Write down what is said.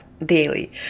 daily